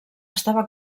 estava